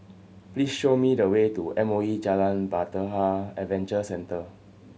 please show me the way to M O E Jalan Bahtera Adventure Centre